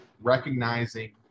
recognizing